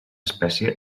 espècie